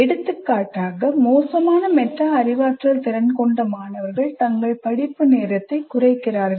எடுத்துக்காட்டாக மோசமான மெட்டா அறிவாற்றல் திறன் கொண்ட மாணவர்கள் தங்கள் படிப்பு நேரத்தை குறைக்கிறார்கள்